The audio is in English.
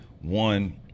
one